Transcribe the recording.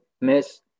miss